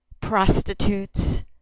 prostitutes